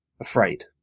Afraid